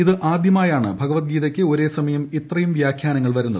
ഇത് ആദ്യമായാണ് ഭഗവത്ഗീതയ്ക്ക് ഒരേസമയം ഇത്രയും വ്യാഖ്യാനങ്ങൾ വരുന്നത്